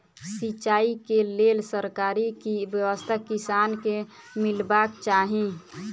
सिंचाई केँ लेल सरकारी की व्यवस्था किसान केँ मीलबाक चाहि?